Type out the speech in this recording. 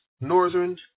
northern